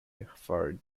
referred